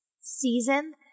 season